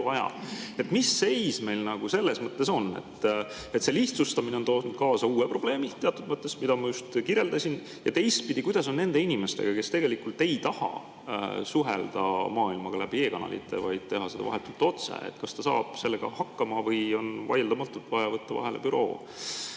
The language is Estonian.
aja. Mis seis meil selles mõttes on? See lihtsustamine on toonud kaasa teatud mõttes uue probleemi, mida ma just kirjeldasin. Teistpidi, kuidas on nende inimestega, kes tegelikult ei taha suhelda maailmaga läbi e‑kanalite, vaid tahavad teha seda vahetult, otse? Kas ta saab sellega hakkama või on vaieldamatult vaja võtta vahele büroo?